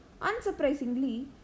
Unsurprisingly